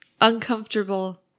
uncomfortable